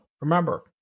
remember